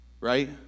right